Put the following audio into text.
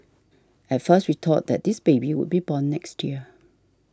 at first we thought that this baby would be born next year